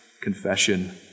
confession